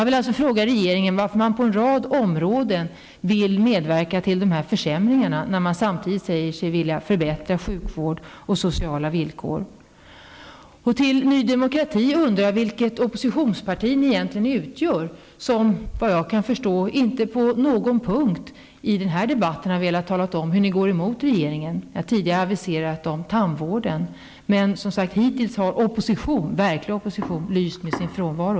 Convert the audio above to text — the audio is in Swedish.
Till Ny Demokrati vill jag säga att jag undrar vad för slags oppositionsparti ni egentligen utgör, eftersom ni -- såvitt jag kan förstå -- i den här debatten inte på någon punkt har velat tala om hur ni går emot regeringen. Tandvården har tidigare aviserats, men hittills har verklig opposition som sagt lyst med sin frånvaro.